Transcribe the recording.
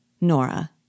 Nora